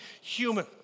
human